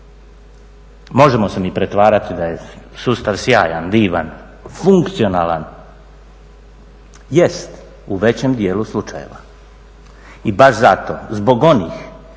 Možemo se mi pretvarati da je sustav sjajan, divan, funkcionalan. Jest, u većem broju slučajeva. I baš zato zbog onih